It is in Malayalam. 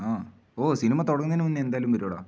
ആ ഓ സിനിമ തുടങ്ങുന്നതിന് മുൻപ് എന്തായാലും വരുമെടാ